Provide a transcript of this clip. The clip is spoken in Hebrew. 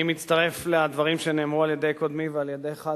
אני מצטרף לדברים שנאמרו על-ידי קודמי ועל-ידך,